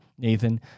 Nathan